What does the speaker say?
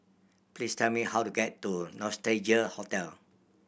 please tell me how to get to Nostalgia Hotel